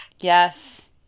Yes